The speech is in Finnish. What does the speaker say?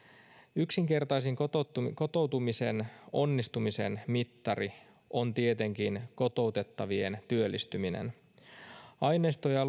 yksinkertaisin kotoutumisen kotoutumisen onnistumisen mittari on tietenkin kotoutettavien työllistyminen aineistoja